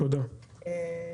היום אנחנו מתאמים במצב של אנומליה.